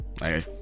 Hey